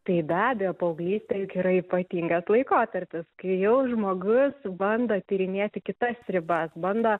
tai be abejo paauglystė juk yra ypatingas laikotarpis kai jau žmogus bando tyrinėti kitas ribas bando